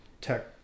tech